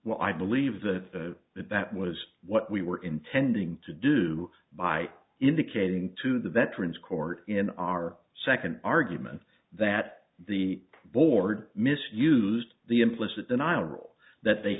well i believe that that that was what we were intending to do by indicating to the veterans court in our second argument that the board misused the implicit denial that they